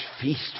feast